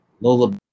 Lola